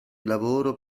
lavoro